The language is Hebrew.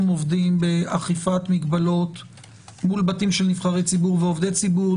עובדים באכיפת מגבלות מול בתים של עובדי ציבור ונבחרי ציבור,